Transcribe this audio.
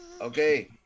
Okay